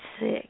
sick